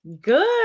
Good